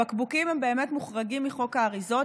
הבקבוקים באמת מוחרגים מחוק האריזות,